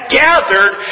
gathered